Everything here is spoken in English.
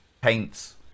paints